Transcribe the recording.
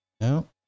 no